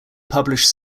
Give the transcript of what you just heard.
published